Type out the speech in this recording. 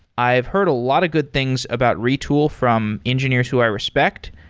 i've heard a lot of good things about retool from engineers who i respect.